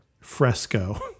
Fresco